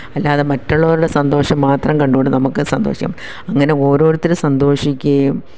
അല്ലാതെ മറ്റുള്ളവരുടെ സന്തോഷം മാത്രം കണ്ടുകൊണ്ട് നമുക്ക് സന്തോഷം അങ്ങനെ ഓരോരുത്തരും സന്തോഷിക്കുകയും